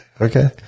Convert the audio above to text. Okay